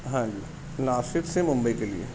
ہاں جی ناسک سے ممبئی کے لیے